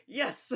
yes